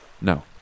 No